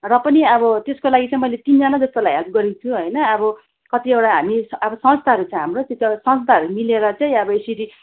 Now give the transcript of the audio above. र पनि अब त्यसको लागि चाहिँ मैले तिनजना जस्तोलाई हेल्प गरेको छु होइन अब कतिवटा हामी अब संस्थाहरू छ हाम्रो संस्थाहरू मिलेर चाहिँ अब यसरी